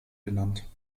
genannt